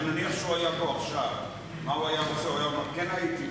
נניח שהוא היה פה עכשיו והיה אומר כן הייתי,